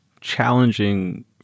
challenging